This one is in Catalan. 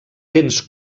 dents